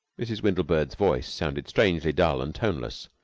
mrs. windlebird's voice sounded strangely dull and toneless.